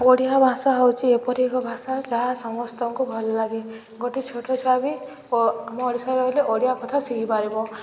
ଓଡ଼ିଆ ଭାଷା ହେଉଛି ଏପରି ଏକ ଭାଷା ଯାହା ସମସ୍ତଙ୍କୁ ଭଲ ଲାଗେ ଗୋଟେ ଛୋଟ ଛୁଆ ବି ଆମ ଓଡ଼ିଶାରେ ରହିଲେ ଓଡ଼ିଆ କଥା ଶିଖିପାରିବ